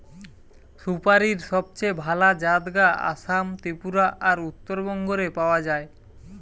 সুপারীর সবচেয়ে ভালা জাত গা আসাম, ত্রিপুরা আর উত্তরবঙ্গ রে পাওয়া যায়